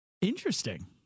Interesting